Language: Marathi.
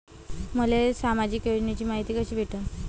मले सामाजिक योजनेची मायती कशी भेटन?